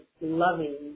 loving